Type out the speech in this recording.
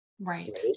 right